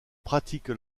pratiques